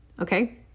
okay